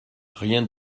rien